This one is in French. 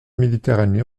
méditerranée